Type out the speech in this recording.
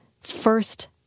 first